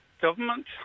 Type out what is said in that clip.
government